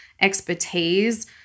expertise